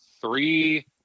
three